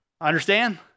Understand